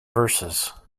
verses